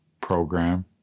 program